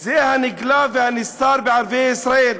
"הנגלה והנסתר בערביי ישראל".